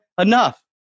enough